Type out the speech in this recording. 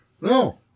No